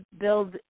build